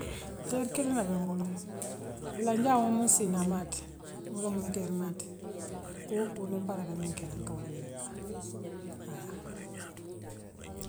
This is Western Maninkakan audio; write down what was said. Teere kiliŋ lebe mbulu fulaŋjawoo muŋ sii n'namaati woolemu n'teeremaati kuoo kuu miŋ pareta miŋ keela nka woole ňiniŋka haa. woo kaŋ bee kaa woo ňaama.